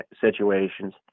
situations